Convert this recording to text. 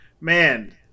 man